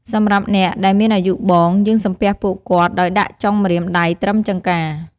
សម្រាប់អ្នកដែលមានអាយុបង យើងសំពះពួកគាត់ដោយដាក់ចុងម្រាមដៃត្រឹមចង្កា។